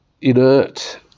inert